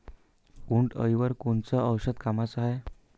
उंटअळीवर कोनचं औषध कामाचं हाये?